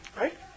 Right